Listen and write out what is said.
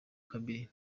kabiri